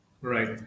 Right